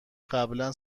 قبلا